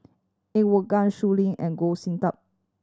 Er Woo Gang Shui Lin and Goh Sin Tub